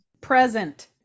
Present